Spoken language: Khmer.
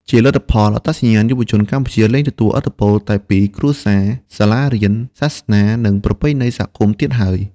ជាលទ្ធផល អត្តសញ្ញាណយុវជនកម្ពុជាលែងទទួលឥទ្ធិពលតែពីគ្រួសារ សាលារៀន សាសនា និងប្រពៃណីសហគមន៍ទៀតហើយ។